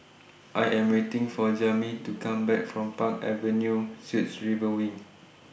I Am waiting For Jami to Come Back from Park Avenue Suites River Wing